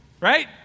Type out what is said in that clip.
right